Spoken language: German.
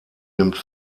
nimmt